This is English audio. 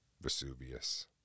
Vesuvius